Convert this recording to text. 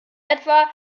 etwa